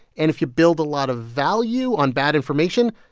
and if you build a lot of value on bad information,